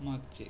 मागचे